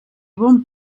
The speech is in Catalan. bon